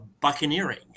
buccaneering